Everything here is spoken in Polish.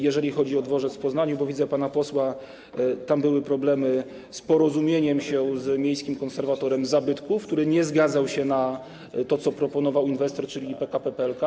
Jeżeli chodzi o dworzec z Poznaniu, bo widzę pana posła, tam były problemy z porozumieniem się z miejskim konserwatorem zabytków, który nie zgadzał się na to, co proponował inwestor, czyli PKP PLK.